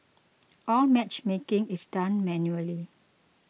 all matchmaking is done manually